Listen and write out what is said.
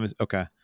Okay